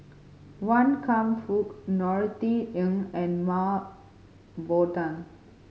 Wan Kam Fook Norothy Ng and Mah Bow Tan